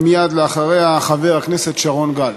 מייד אחריה, חבר הכנסת שרון גל.